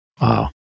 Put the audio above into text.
Wow